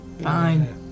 Fine